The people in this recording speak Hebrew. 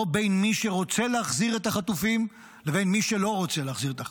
לא בין מי שרוצה להחזיר את החטופים לבין מי שלא רוצה להחזיר את החטופים,